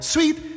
Sweet